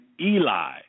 Eli